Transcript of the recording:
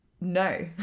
no